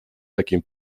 таким